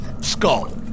skull